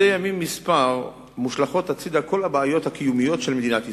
זה ימים מספר מושלכות הצדה כל הבעיות הקיומיות של מדינת ישראל.